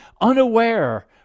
unaware